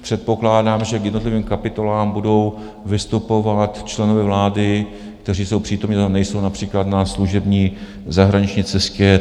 Předpokládám, že k jednotlivým kapitolám budou vystupovat členové vlády, kteří jsou přítomni a nejsou například na služební zahraniční cestě.